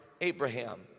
Abraham